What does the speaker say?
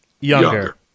younger